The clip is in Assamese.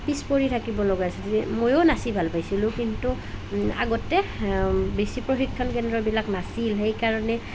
পিছ পৰি থাকিবলগা হৈছিল ময়ো নাচি ভাল পাইছিলোঁ কিন্তু আগতে বেছি প্ৰশিক্ষণ কেন্দ্ৰবিলাক নাছিল সেইকাৰণে